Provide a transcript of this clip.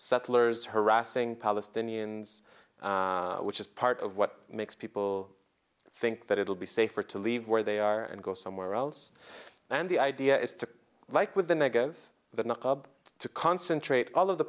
settlers harassing palestinians which is part of what makes people think that it will be safer to leave where they are and go somewhere else and the idea is to like with the negative than the club to concentrate all of the